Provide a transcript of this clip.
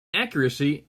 accuracy